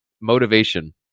motivation